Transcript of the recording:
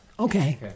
Okay